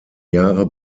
jahre